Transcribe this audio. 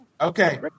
Okay